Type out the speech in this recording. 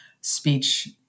speech